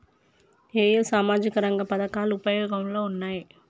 ఏ ఏ సామాజిక రంగ పథకాలు ఉపయోగంలో ఉన్నాయి?